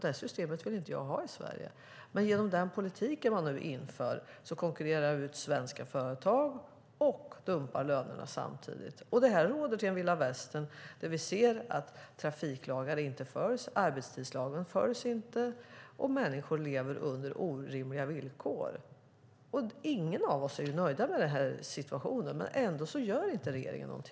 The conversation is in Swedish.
Det systemet vill jag inte ha i Sverige, men med nuvarande politik konkurreras svenska företag ut samtidigt som lönerna dumpas. Det råder vilda västern där vi ser att trafiklagar och arbetstidslagen inte följs och att människor lever under orimliga villkor. Ingen av oss är nöjd med denna situation, men trots det gör regeringen inget.